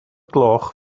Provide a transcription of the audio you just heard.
gloch